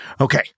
Okay